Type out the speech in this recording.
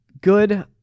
Good